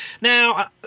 Now